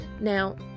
now